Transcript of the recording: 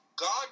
God